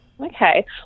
Okay